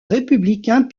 républicain